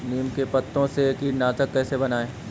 नीम के पत्तों से कीटनाशक कैसे बनाएँ?